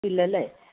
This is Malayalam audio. ഇല്ല അല്ലേ